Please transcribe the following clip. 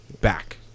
back